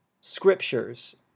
scriptures